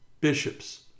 bishops